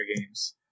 games